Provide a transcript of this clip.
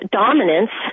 dominance